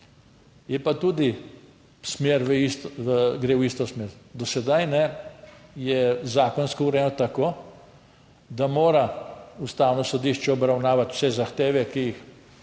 je pa tudi gre v isto smer. Do sedaj je zakonsko urejeno tako, da mora Ustavno sodišče obravnavati vse zahteve, ki jih